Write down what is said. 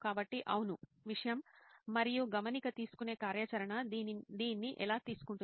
కాబట్టి అవును విషయం మరియు గమనిక తీసుకునే కార్యాచరణ దీన్ని ఎలా తీసుకుంటుంది